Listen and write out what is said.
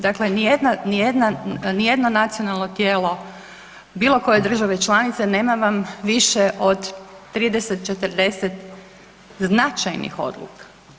Dakle nijedno nacionalno tijelo bilo koje države članice nema vam više od 30, 40 značajnih odluka.